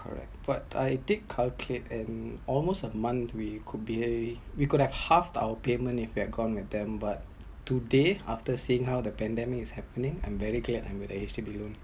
correct but I did calculate and almost a month we could be we could have half our payment if we have gone with them but today after seeing how the pandemic is happening I’m very clear with the HDB loan